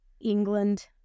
England